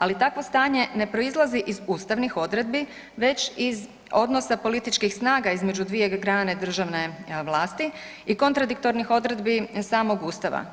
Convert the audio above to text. Ali takvo stanje ne proizlazi iz ustavnih odredbi, već iz odnosa političkih snaga između dvije grane državne vlasti i kontradiktornih odredbi samog Ustava.